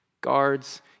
guards